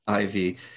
IV